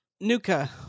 Nuka